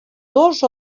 dos